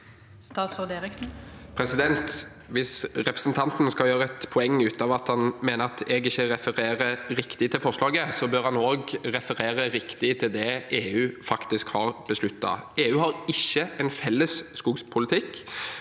Hvis representanten skal gjøre et poeng av at han mener jeg ikke refererer riktig til forslaget, bør han også referere riktig til det EU faktisk har besluttet. EU har ikke en felles skogpolitikk,